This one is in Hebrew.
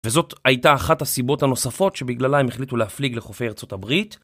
וזאת הייתה אחת הסיבות הנוספות שבגללה הם החליטו להפליג לחופי ארה״ב